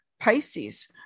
Pisces